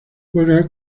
juega